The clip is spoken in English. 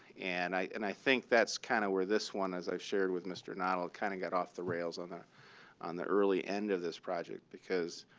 and i think that's kind of where this one, as i've shared with mr. noddle, kind of got off the rails on the on the early end of this project because